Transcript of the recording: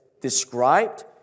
described